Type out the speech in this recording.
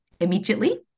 immediately